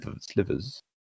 slivers